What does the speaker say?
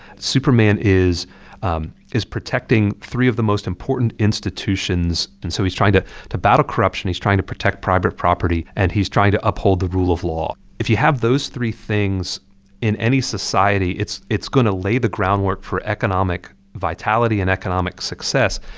superman is um is protecting three of the most important institutions. and so he's trying to to battle corruption. he's trying to protect private property. and he's trying to uphold the rule of law if you have those three things in any society, it's it's going to lay the groundwork for economic vitality and economic success.